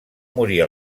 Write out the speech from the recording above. morir